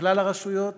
בכלל הרשויות